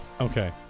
Okay